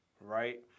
Right